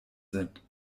sind